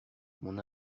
mon